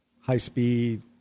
high-speed